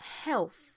health